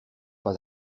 pas